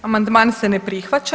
Amandman se ne prihvaća.